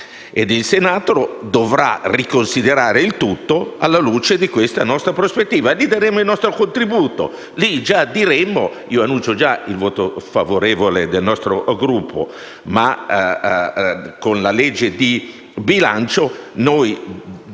Il Senato dovrà riconsiderare il tutto alla luce della nostra prospettiva e lì forniremo il nostro contributo. Dichiaro già il voto favorevole del nostro Gruppo, ma con la legge di bilancio noi dovremo